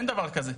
אין דבר כזה.